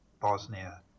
Bosnia